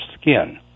skin